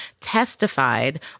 testified